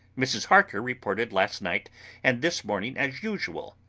mrs. harker reported last night and this morning as usual